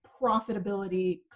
profitability